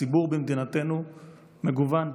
הציבור במדינתנו מגוון,